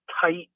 tight